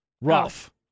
rough